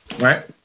Right